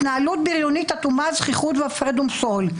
התנהלות בריונית אטומה של זחיחות והפרד ומשול.